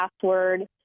password